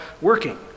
working